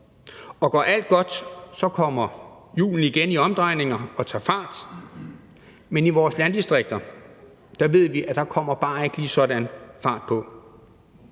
og går alt godt, så kommer hjulene igen i omdrejninger og tager fart, men i vores landdistrikter ved vi at der ikke bare sådan lige